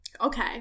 Okay